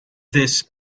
this